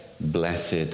blessed